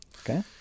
Okay